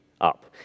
up